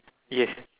yes